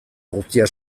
guztiak